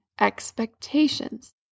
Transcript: expectations